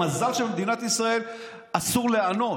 מזל שבמדינת ישראל אסור לענות,